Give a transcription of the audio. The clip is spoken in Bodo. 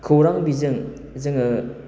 जोंनि खौरां बिजों जोङो